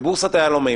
בבורסת היהלומים,